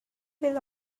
will